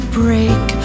break